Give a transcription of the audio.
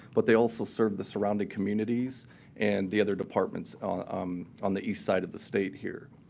but they also serve the surrounding communities and the other departments um on the east side of the state here.